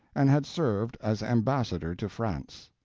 and had served as ambassador to france.